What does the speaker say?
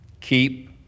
keep